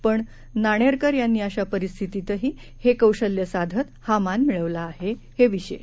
पण नाणेरकर यांनी अशा परिस्थितीतही हे कौशल्य साधत हा मान मिळवला हे विशेष